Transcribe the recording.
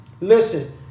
Listen